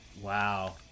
Wow